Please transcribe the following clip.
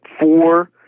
Four